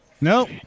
Nope